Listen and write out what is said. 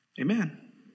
Amen